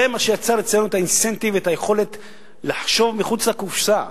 זה מה שיצר אצלנו את האינסנטיב ואת היכולת לחשוב מחוץ לקופסה,